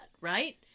right